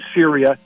Syria